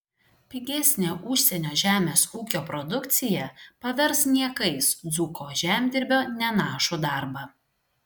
pigesnė užsienio žemės ūkio produkcija pavers niekais dzūko žemdirbio nenašų darbą